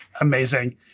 Amazing